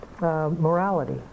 morality